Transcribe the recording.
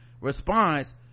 response